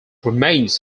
remains